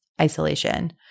isolation